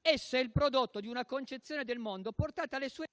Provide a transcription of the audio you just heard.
Esso è il prodotto di una concezione del mondo portata alle sue